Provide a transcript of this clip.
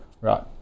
Right